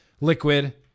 liquid